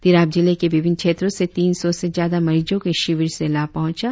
तिराप जिले के विभिन्न क्षेत्रों से तीन सौ से ज्यादा मरीजों को इस शिविर से लाभ पहुंचा